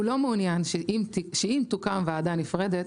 אם תוקם ועדה נפרדת,